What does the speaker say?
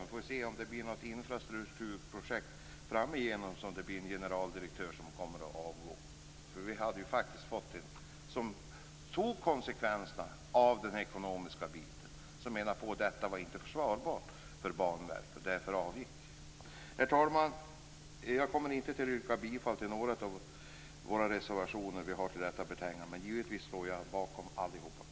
Vi får se om det blir något infrastrukturprojekt i framtiden som kommer att resultera i att en generaldirektör avgår. Hon såg konsekvenserna av den ekonomiska biten och menade på att detta inte var försvarbart för Banverket. Därför avgick hon. Herr talman! Jag kommer inte att yrka bifall till någon av våra reservationer som vi har fogat till betänkandet. Men givetvis står jag bakom dem alla.